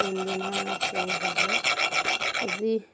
কোনদিনা পূৰ হ'ব আজি